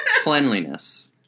Cleanliness